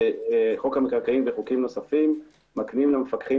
שחוק המקרקעין וחוקים נוספים מקנים למפקחים